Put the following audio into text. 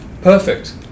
Perfect